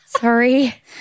Sorry